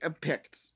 picked